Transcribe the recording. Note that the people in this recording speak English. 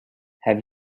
have